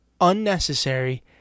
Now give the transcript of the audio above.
unnecessary